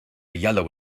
yellow